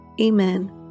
amen